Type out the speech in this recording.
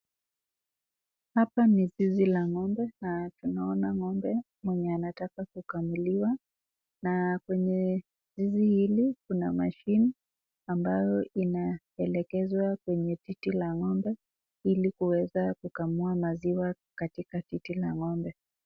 Hapa ni zizi la ng'ombe na tunaona ng'ombe mwenye anataka kukamuliwa , na kwenye zizi hili kuna machine ambayo inapendekezwa kwenye titi la ng'ombe hili kuweza kukamua maziwa katika titi la ng'ombe.